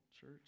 church